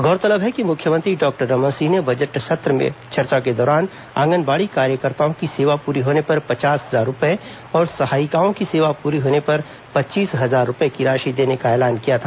गौरतलब है कि मुख्यमंत्री डॉक्टर रमन सिंह ने बजट सत्र में चर्चा के दौरान आगनबाड़ी कार्यकर्ताओं की सेवा पूरी होने पर पचास हजार रुपये और सहायिकाओं की सेवा पूरी होने पर पच्चीस हजार रुपये की राशि देने का ऐलान किया था